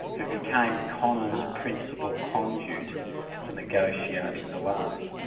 who became connor's principal conduit to negotiating the loan.